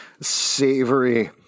savory